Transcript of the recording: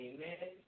Amen